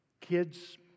kids